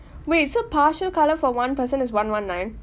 wait so partial colour for one person is one one nine